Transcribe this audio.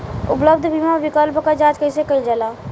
उपलब्ध बीमा विकल्प क जांच कैसे कइल जाला?